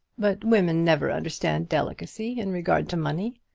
but women never understand delicacy in regard to money.